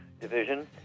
division